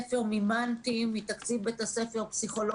המיפויים שהם מצליחים בשדה הספציפי שלהם.